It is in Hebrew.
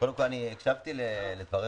הקשבתי לדבריך,